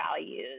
values